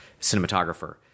cinematographer